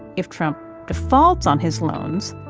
if trump defaults on his loans,